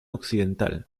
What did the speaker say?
occidental